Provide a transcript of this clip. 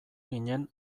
ginen